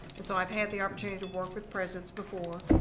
and so i've had the opportunity to work with presidents before.